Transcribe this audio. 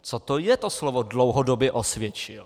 Co to je, to slovo dlouhodobě osvědčil.